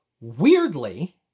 weirdly